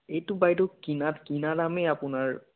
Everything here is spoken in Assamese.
এইটো বাইদেউ কিনা কিনা দামেই আপোনাৰ